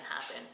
happen